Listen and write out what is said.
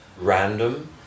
random